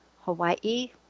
Hawaii